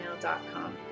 gmail.com